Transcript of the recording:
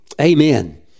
Amen